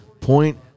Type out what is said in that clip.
Point